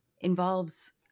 involves